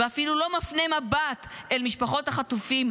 ואפילו לא מפנה מבט אל משפחות החטופים,